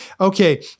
Okay